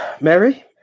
Mary